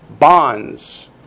Bonds